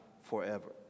forever